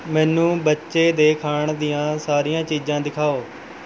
ਮੈਨੂੰ ਬੱਚੇ ਦੇ ਖਾਣ ਦੀਆਂ ਸਾਰੀਆਂ ਚੀਜ਼ਾਂ ਦਿਖਾਓ